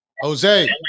Jose